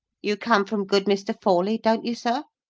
you come from good mr. forley, don't you, sir?